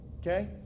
Okay